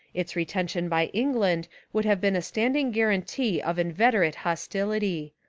its retention by england would have been a standing guarantee of in veterate hostility.